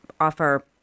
offer